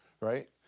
Right